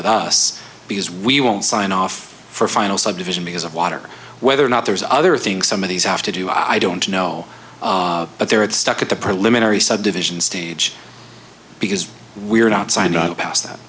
with us because we won't sign off for final subdivision because of water whether or not there's other things some of these have to do i don't know but there it stuck at the preliminary subdivision stage because we're not signed on past that